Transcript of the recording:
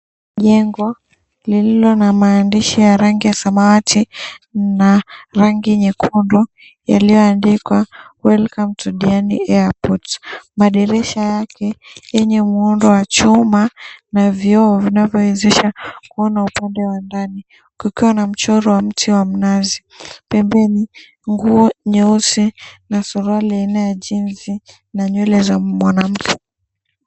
Jengo lililo na maandishi ya rangi ya samawati na rangi nyekundu yalioandikwa, Welcome to Diani Airport. Madirisha yake yenye muundo wa chuma na vioo vinavyowezesha kuona upande wa ndani kukiwa na mchoro wa mti wa mnazi. Pembeni nguo nyeusi na suruali aina ya jinzi na nywele za mwanamke.